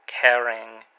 caring